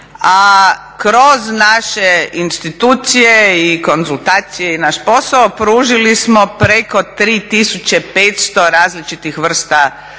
a kroz naše institucije i konzultacije i naš posao, pružili smo preko 3500 različitih vrsta